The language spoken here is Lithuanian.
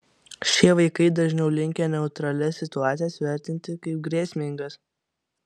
šie vaikai dažniau linkę neutralias situacijas vertinti kaip grėsmingas